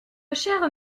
chers